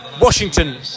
Washington